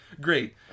great